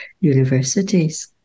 universities